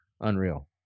unreal